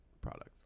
product